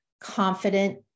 confident